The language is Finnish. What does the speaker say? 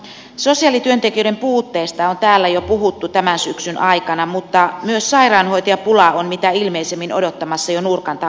sosiaalityöntekijöiden puutteesta on täällä jo puhuttu tämän syksyn aikana mutta myös sairaanhoitajapula on mitä ilmeisimmin odottamassa jo nurkan takana